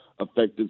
Affected